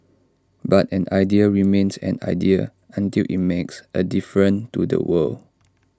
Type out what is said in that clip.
but an idea remains an idea until IT makes A difference to the world